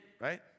right